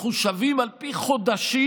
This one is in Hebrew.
מחושבים על פי חודשים,